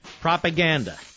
propaganda